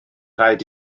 rhaid